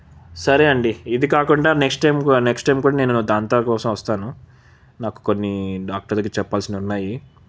సరే అండి ఇది కాకుండా నెక్స్ట్ టైం నెక్స్ట్ టైం కూడా నేను దంతా కోసం వస్తాను నాకు కొన్ని డాక్టర్ దగ్గర చెప్పాల్సినవి ఉన్నాయి